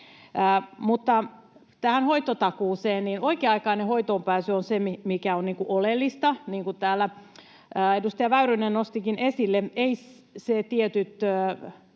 tähän hoitotakuuseen: Oikea-aikainen hoitoonpääsy on se, mikä on oleellista, niin kuin täällä edustaja Väyrynen nostikin esille